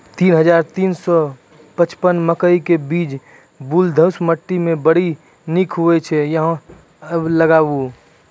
तीन हज़ार तीन सौ पचपन मकई के बीज बलधुस मिट्टी मे बड़ी निक होई छै अहाँ सब लगाबु?